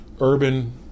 urban